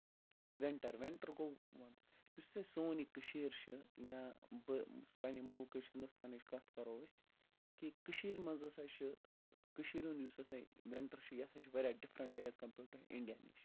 winter winter گوٚو یُس اَسہِ سون یہِ کٔشیٖر چھِ یا بہٕ پَنٕنہِ مُلکٕچ ہِندوستانٕچ کَتھ کَرو أسۍ کہِ کٔشیٖر منٛز ہسا چھِ کٔشیٖر ہُند یُس ہسا وِنٹر چھُ یہِ ہسا چھُ different as compared to India نِش